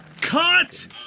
Cut